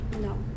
No